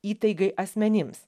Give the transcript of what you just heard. įtaigai asmenims